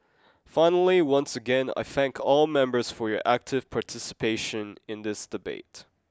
finally once again I thank all members for your active participation in this debate